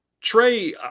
Trey